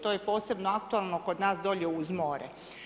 To je posebno aktualno kod nas dolje uz more.